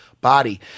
body